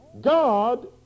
God